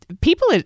people